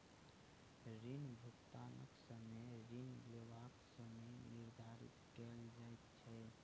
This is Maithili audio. ऋण भुगतानक समय ऋण लेबाक समय निर्धारित कयल जाइत छै